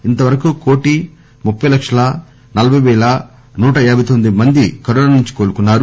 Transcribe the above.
ఇంత వరకు కోటీ ముప్పె లక్షల నలబై పేల నూట యాబై తొమ్మిది మంది కరోనా నుంచి కోలుకున్నారు